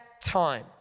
time